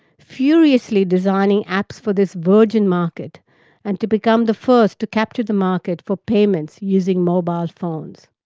furiously designing apps for this virgin market and to become the first to capture the market for payments using mobile phones.